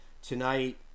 tonight